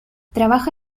trabaja